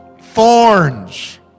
thorns